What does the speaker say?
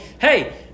Hey